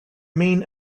main